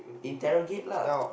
interrogate lah